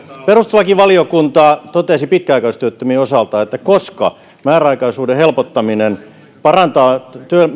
perustuslakivaliokunta totesi pitkäaikaistyöttömien osalta että koska määräaikaisuuden helpottaminen parantaa